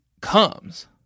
comes